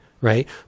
Right